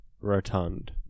rotund